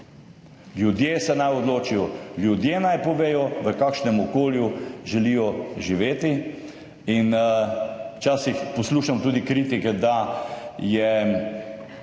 Ljudje se naj odločijo, ljudje naj povejo, v kakšnem okolju želijo živeti. Včasih poslušam tudi kritike, da je